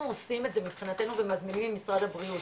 אנחנו עושים אתה מבחינתנו ומזמינים את משרד הבריאות,